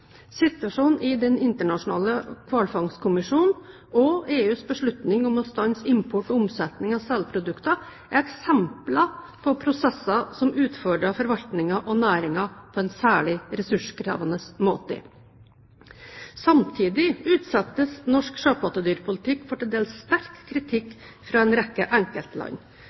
Situasjonen i Den internasjonale hvalfangstkommisjonen og EUs beslutning om å stanse import og omsetning av selprodukter er eksempler på prosesser som utfordrer forvaltningen og næringen på en særlig ressurskrevende måte. Samtidig utsettes norsk sjøpattedyrpolitikk for til dels sterk kritikk fra en rekke enkeltland.